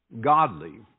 godly